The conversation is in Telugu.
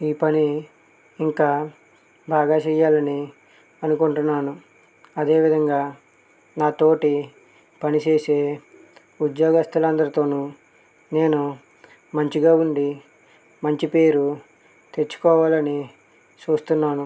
ఈ పని ఇంకా బాగా చేయాలని అనుకుంటున్నాను అదే విధంగా నాతోటి పనిచేసే ఉద్యోగస్తులు అందరితోనూ నేను మంచిగా ఉండి మంచి పేరు తెచ్చుకోవాలని చూస్తున్నాను